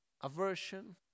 aversion